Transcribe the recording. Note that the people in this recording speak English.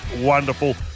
wonderful